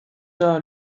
are